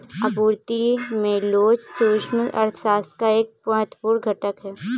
आपूर्ति में लोच सूक्ष्म अर्थशास्त्र का एक महत्वपूर्ण घटक है